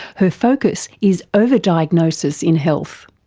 her focus is over-diagnosis in health.